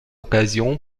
occasion